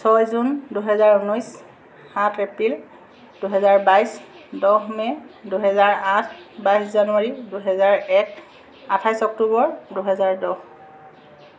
ছয় জুন দুহেজাৰ ঊনৈছ সাত এপ্ৰিল দুহেজাৰ বাইছ দহ মে' দুহেজাৰ আঠ বাইছ জানুৱাৰী দুহেজাৰ এক আঠাইছ অক্টোবৰ দুহেজাৰ দহ